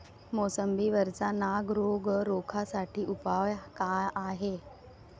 मोसंबी वरचा नाग रोग रोखा साठी उपाव का हाये?